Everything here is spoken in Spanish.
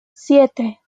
siete